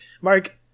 Mark